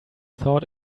thought